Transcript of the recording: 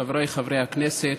חבריי חברי הכנסת,